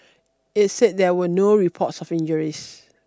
it said there were no reports of injuries